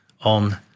on